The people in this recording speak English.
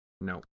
No